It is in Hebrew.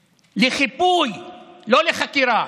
לחיפוי, לא לחקירה.